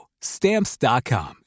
Stamps.com